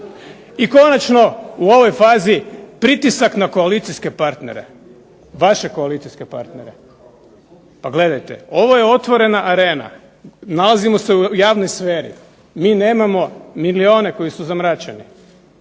I konačno u ovoj fazi pritisak na koalicijske partnere, vaše koalicijske partnere. Pa gledajte, ovo je otvorena arena. Nalazimo se u javnoj sferi. Mi nemamo milijune koji su zamračeni,